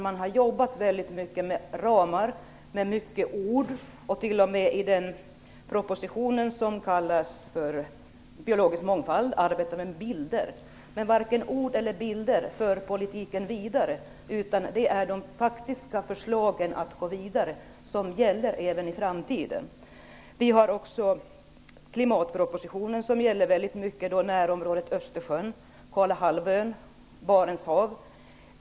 Man har jobbat väldigt mycket med ramar och med många ord. I propositionen om biologisk mångfald arbetade man t.o.m. med bilder. Men varken ord eller bilder för politiken vidare, utan det gör de faktiska förslagen, och det gäller även i framtiden. Vi har också propositionen som gäller närområdet i Östersjön, Kolahalvön, Barents hav.